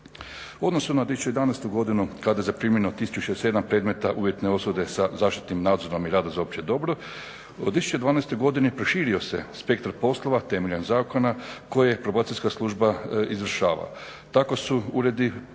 U odnosu na 2011.godinu kada je zaprimljeno 1067 predmeta uvjetne osude sa zaštitnim nadzorom i radom za opće dobro u 2012.godini proširio se spektar poslova temeljem zakona koje Probacijska služba izvršava. Tako su uredi počeli